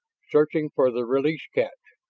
searching for the release catch.